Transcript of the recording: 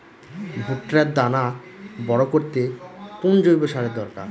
ভুট্টার দানা বড় করতে কোন জৈব সারের দরকার?